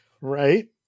right